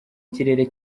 kirere